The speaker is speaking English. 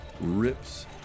rips